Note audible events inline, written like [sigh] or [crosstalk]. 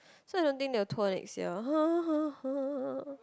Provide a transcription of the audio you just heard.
so I don't think they will tour next year [noise]